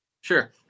Sure